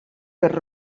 per